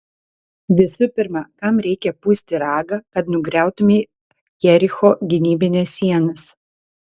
visų pirma kam reikia pūsti ragą kad nugriautumei jericho gynybines sienas